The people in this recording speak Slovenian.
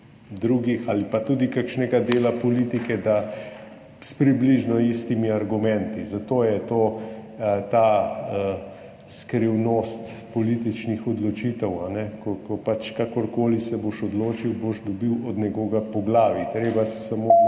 drugih ali pa tudi kakšnega dela politike s približno istimi argumenti. Zato je to ta skrivnost političnih odločitev, ko pač, kakorkoli se boš odločil, jih boš dobil od nekoga po glavi, treba se je samo odločiti,